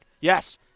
yes